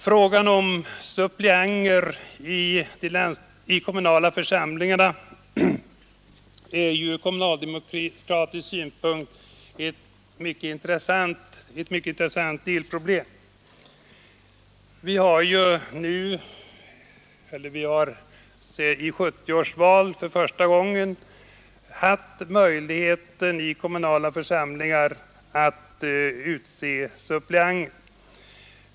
Frågan om suppleanter i de kommunala församlingarna är från kommunaldemokratisk synpunkt ett mycket intressant delproblem. Vid 1970 års val hade vi för första gången möjlighet att utse suppleanter i åledes enat sig om att föreslå en utökning av besvärstiden kommunala församlingar.